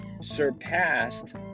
surpassed